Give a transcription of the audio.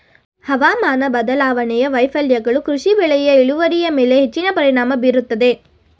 ಹವಾಮಾನ ಬದಲಾವಣೆಯ ವೈಫಲ್ಯಗಳು ಕೃಷಿ ಬೆಳೆಯ ಇಳುವರಿಯ ಮೇಲೆ ಹೆಚ್ಚಿನ ಪರಿಣಾಮ ಬೀರುತ್ತದೆ